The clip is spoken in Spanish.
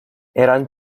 eran